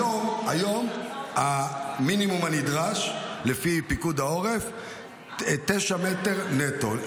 היום המינימום הנדרש לפי פיקוד העורף הוא תשעה מטר נטו.